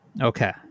Okay